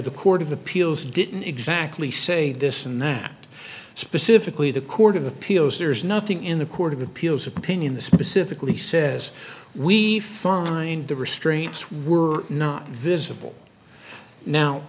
the court of appeals didn't exactly say this and that specifically the court of appeals there's nothing in the court of appeals opinion this specifically says we find the restraints were not visible now